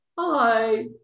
Hi